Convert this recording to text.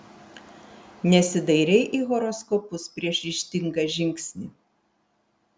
nesidairei į horoskopus prieš ryžtingą žingsnį